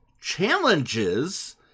challenges